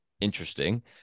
interesting